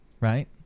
right